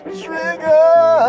trigger